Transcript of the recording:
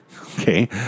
Okay